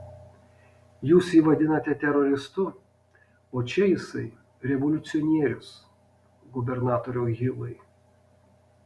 jūs jį vadinate teroristu o čia jisai revoliucionierius gubernatoriau hilai